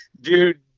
dude